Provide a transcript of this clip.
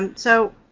and so,